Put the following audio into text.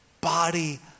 body